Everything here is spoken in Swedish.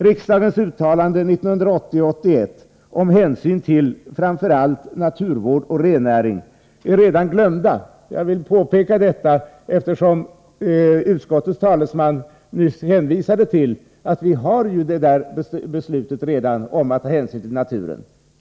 Riksdagens uttalande 1980/81 om hänsyn till framför allt naturvården och rennäringen är redan glömt. Jag vill påpeka detta, eftersom utskottets talesman nyss hänvisade till att vi redan har beslutat om att man skall ta hänsyn till naturen.